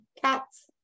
cats